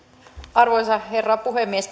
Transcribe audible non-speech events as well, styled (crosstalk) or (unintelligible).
arvoisa herra puhemies (unintelligible)